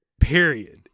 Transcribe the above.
period